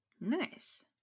Nice